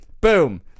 boom